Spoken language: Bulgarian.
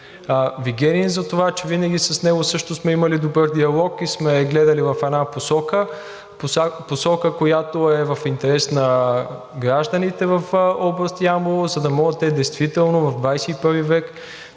Вигенин за това, че винаги с него също сме имали добър диалог и сме гледали в една посока – посока, която е в интерес на гражданите в област Ямбол, за да могат те действително в XXI век